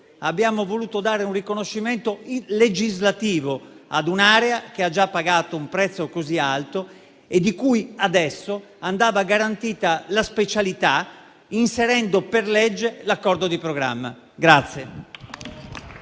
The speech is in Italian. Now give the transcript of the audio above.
abbiamo voluto dare un riconoscimento pubblico e legislativo a un'area che ha già pagato un prezzo così alto e di cui adesso andava garantita la specialità, inserendo per legge l'accordo di programma.